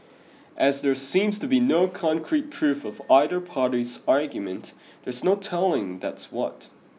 as there seems to be no concrete proof of either party's argument there's no telling that's what